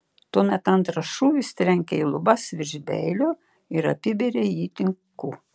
tuomet antras šūvis trenkė į lubas virš beilio ir apibėrė jį tinku